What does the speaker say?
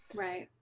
right.